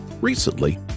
Recently